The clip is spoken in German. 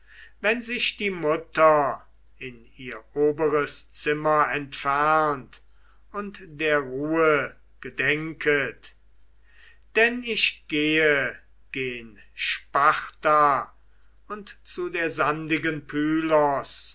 wenn sich die mutter in ihr oberes zimmer entfernt und der ruhe gedenket denn ich gehe gen sparta und zu der sandigen